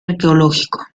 arqueológico